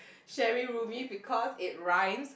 Sherry Roomie because it rhymes